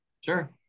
Sure